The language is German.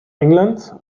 englands